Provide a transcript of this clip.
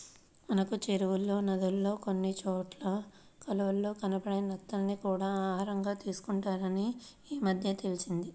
మనకి చెరువుల్లో, నదుల్లో కొన్ని చోట్ల కాలవల్లో కనబడే నత్తల్ని కూడా ఆహారంగా తీసుకుంటారని ఈమద్దెనే తెలిసింది